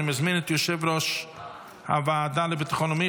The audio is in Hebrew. אני מזמין את יושב-ראש הוועדה לביטחון לאומי